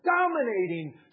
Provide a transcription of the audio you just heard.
dominating